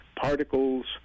particles